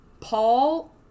Paul